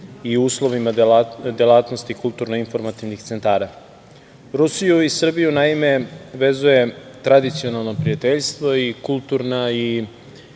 i uslovima delatnosti kulturno-informativnih centara. Rusiju i Srbiju, naime, vezuje tradicionalno prijateljstvo i kulturna i